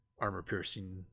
armor-piercing